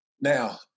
Now